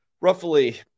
roughly